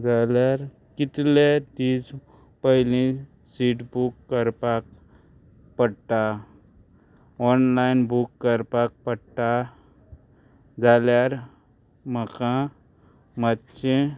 जाल्यार कितले दीस पयली सीट बूक करपाक पडटा ऑनलायन बूक करपाक पडटा जाल्यार म्हाका मातशें